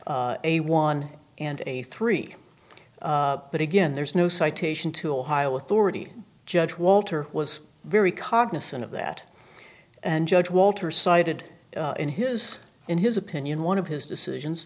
a one and a three but again there's no citation to ohio authority judge walter was very cognizant of that and judge walter cited in his in his opinion one of his decisions